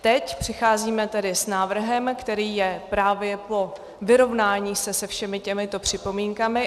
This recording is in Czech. Teď tedy přicházíme s návrhem, který je právě po vyrovnání se se všemi těmito připomínkami.